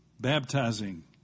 baptizing